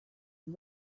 and